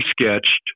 sketched